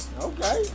okay